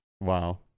Wow